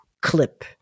clip